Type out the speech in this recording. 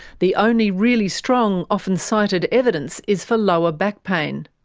the only really strong, often-cited evidence is for lower back pain.